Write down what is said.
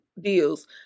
deals